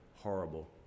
horrible